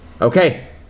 Okay